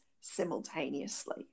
simultaneously